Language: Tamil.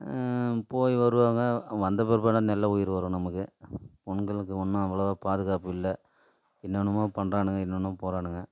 போய் வருவாங்க வந்த பிற்பாடு நல்ல உயிர் வரும் நமக்கு பெண்களுக்கு ஒன்றும் அவ்வளோவா பாதுகாப்பு இல்லை என்னென்னமோ பண்ணுறாணுங்க என்னென்னுமோ போகிறானுங்க